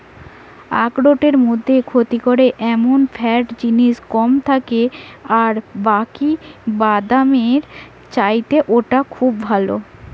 আখরোটের মধ্যে ক্ষতি করে এমন ফ্যাট জিনিস কম থাকে আর বাকি বাদামের চাইতে ওটা খুব ভালো